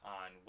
on